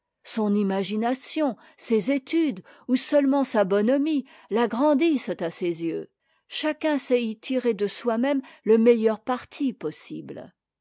son imagination ses études ou seulement sa bonhomie l'agrandit à ses yeux chacun sait y tirer de soi-même le meilleur parti possible